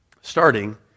starting